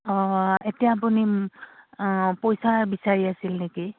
অঁ এতিয়া আপুনি পইচা বিচাৰি আছিল নেকি